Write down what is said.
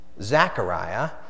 Zechariah